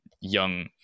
young